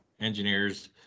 engineers